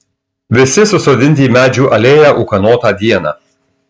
visi susodinti į medžių alėją ūkanotą dieną